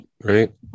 Right